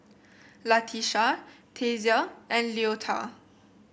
Latisha Tasia and Leota